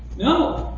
no.